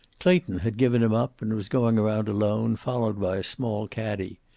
clayton had given him up and was going around alone, followed by a small caddie.